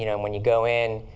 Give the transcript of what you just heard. you know and when you go in,